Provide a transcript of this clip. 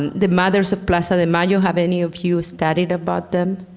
um the mothers of plaza de mayo, have any of you studied about them?